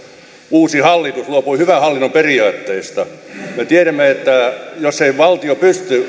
uusi hallitus luopui hyvän hallinnon periaatteista me tiedämme että jos ei valtio pysty